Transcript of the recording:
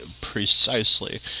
precisely